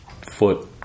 foot